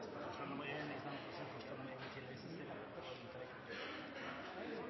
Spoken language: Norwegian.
så må